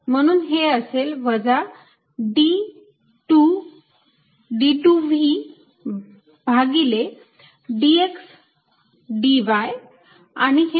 म्हणून हे असेल वजा d 2 V भागिले dx dy आणि हे 0 असेल